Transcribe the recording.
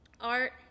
art